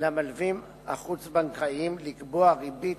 למלווים החוץ-בנקאיים לקבוע ריבית